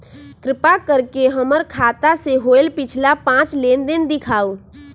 कृपा कर के हमर खाता से होयल पिछला पांच लेनदेन दिखाउ